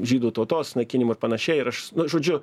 žydų tautos naikinimu ir panašiai ir aš nu žodžiu